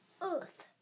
earth